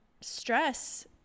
stress